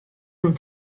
would